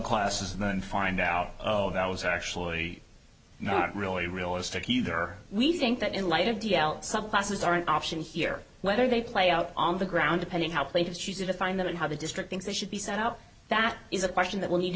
classes and then find out of that was actually not really realistic either we think that in light of d l some classes are an option here whether they play out on the ground depending how places chooses to find them and how the district thinks they should be set up that is a question that will need to